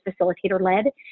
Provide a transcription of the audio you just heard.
facilitator-led